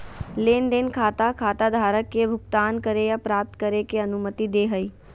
लेन देन खाता खाताधारक के भुगतान करे या प्राप्त करे के अनुमति दे हइ